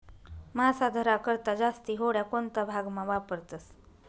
मासा धरा करता जास्ती होड्या कोणता भागमा वापरतस